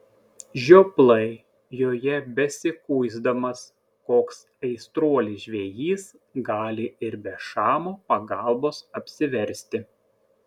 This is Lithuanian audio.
žioplai joje besikuisdamas koks aistruolis žvejys gali ir be šamo pagalbos apsiversti